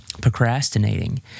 procrastinating